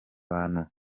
bantu